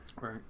Right